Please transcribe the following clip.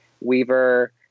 Weaver